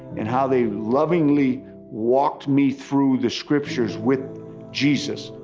and how they lovingly walked me through the scriptures with jesus.